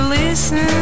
listen